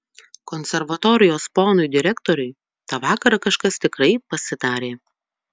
konservatorijos ponui direktoriui tą vakarą kažkas tikrai pasidarė